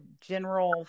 general